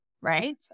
right